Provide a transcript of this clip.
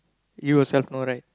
you yourself know right